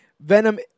Venom